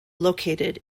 located